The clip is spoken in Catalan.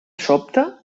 sobte